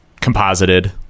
composited